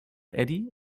eddie